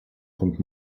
kommt